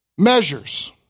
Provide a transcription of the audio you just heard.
measures